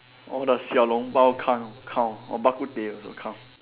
all the 小笼包 can't count or bak-kut-teh also count